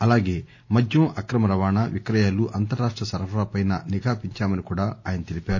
అలాగే మద్యం అక్రమ రవాణా విక్రయాలు అంతర్ రాష్ట సరఫరా పై నిఘా పెంచామని కూడా ఆయన తెలిపారు